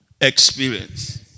experience